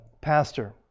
Pastor